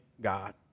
God